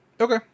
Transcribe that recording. Okay